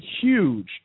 huge